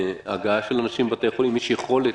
לגבי הגעה של אנשים לבתי חולים יש יכולת